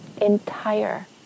entire